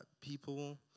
people